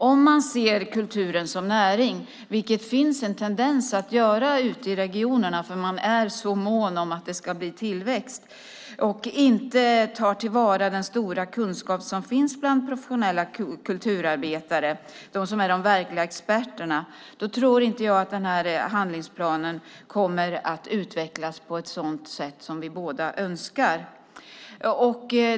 Om man ser kulturen som näring, vilket det finns en tendens att göra ute i regionerna därför att man är så mån om att det ska bli tillväxt, och inte tar till vara den stora kunskap som finns bland professionella kulturarbetare, de som är de verkliga experterna, tror inte jag att handlingsplanen kommer att utvecklas på ett sådant sätt som vi båda önskar.